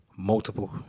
multiple